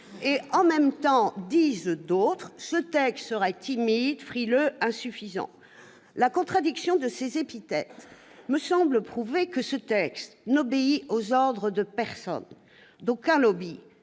! En même temps, d'autres jugent ce texte timide, frileux, insuffisant. La contradiction de ces épithètes me semble prouver que ce texte n'obéit aux ordres de personne, d'aucun lobby,